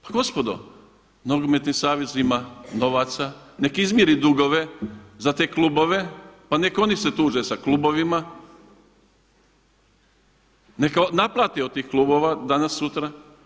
Pa gospodo, nogometni savez ima novaca, neka izmjeri dugove za te klubove pa neka oni se tuže sa klubovima, neka naplate od tih klubova danas, sutra.